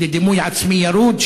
לדימוי עצמי ירוד,